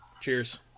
Cheers